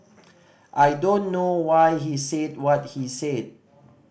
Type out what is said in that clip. I don't know why he said what he said